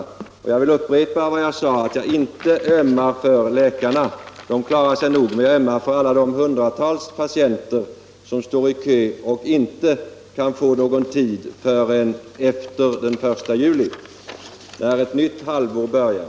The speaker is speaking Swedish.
i Malmö Jag vill upprepa vad jag sade, att jag inte ömmar för läkarna — de klarar sig nog — utan att jag ömmar för de hundratals patienter som står i kö hos läkare och inte kan få någon tid förrän efter den 1 juli, när ett nytt halvår börjar.